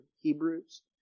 Hebrews